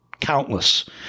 Countless